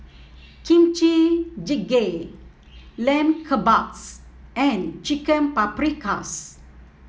Kimchi Jjigae Lamb Kebabs and Chicken Paprikas